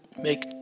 make